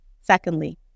Secondly